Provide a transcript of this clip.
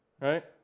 Right